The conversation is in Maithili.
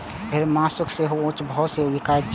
भेड़क मासु सेहो ऊंच भाव मे बिकाइत छै